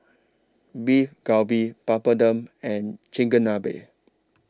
Beef Galbi Papadum and Chigenabe